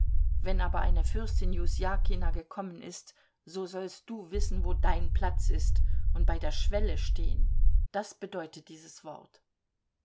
wenn aber eine fürstin jusjakina gekommen ist so sollst du wissen wo dein platz ist und bei der schwelle stehen das bedeutet dieses wort